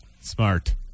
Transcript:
Smart